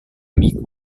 amico